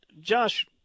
Josh